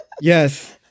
yes